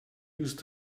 used